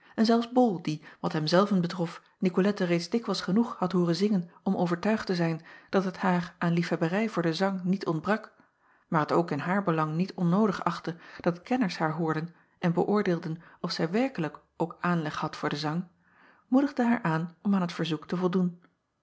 en zelfs ol die wat hem zelven betrof icolette reeds dikwijls genoeg had hooren zingen om overtuigd te zijn dat het haar aan liefhebberij voor den zang niet ontbrak maar t ook in haar belang niet onnoodig achtte dat kenners haar hoorden en beöordeelden of zij werkelijk ook aanleg had voor den zang moedigde haar aan om aan t verzoek te voldoen